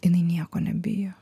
jinai nieko nebijo